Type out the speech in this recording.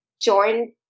join